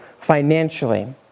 financially